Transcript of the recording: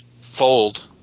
fold